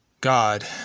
God